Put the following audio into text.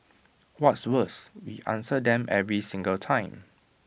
what's worse we answer them every single time